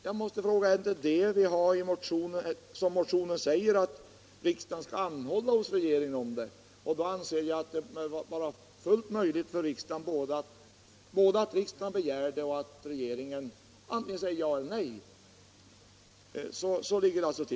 Jag måste fråga: Är det inte motionens innebörd att riksdagen skall anhålla hos regeringen om detta? Jag anser det vara fullt möjligt både för riksdagen att begära det och för regeringen att säga antingen ja eller nej.